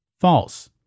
false